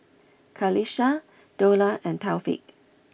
Qalisha Dollah and Taufik